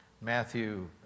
Matthew